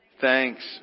Thanks